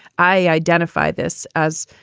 i identify this as,